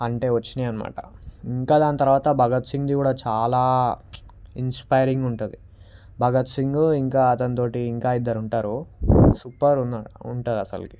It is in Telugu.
అంతే వచ్చినయనమాట ఇంకా దాని తర్వాత భగత్ సింగ్ వి కూడా చాలా ఇన్స్పైరింగ్ ఉంటుంది భగత్ సింగ్ ఇంకా అతని తోటి ఇంకా ఇద్దరు ఉంటారు సూపర్ ఉంటుంది అసలుకి